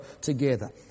together